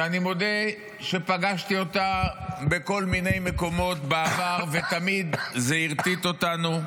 שאני מודה שפגשתי אותה בכל מיני מקומות בעבר ותמיד זה הרטיט אותנו.